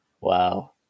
Wow